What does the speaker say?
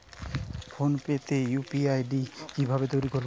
Phone pay তে UPI ID কি ভাবে তৈরি করবো?